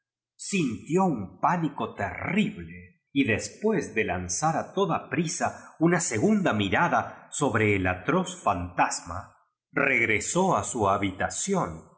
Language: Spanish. sintió un pánico terrible y después de lanzar a toda prisa una segun da mirada sobre el atroz fantasma regresó a m habitación